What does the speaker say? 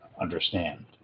understand